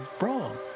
wrong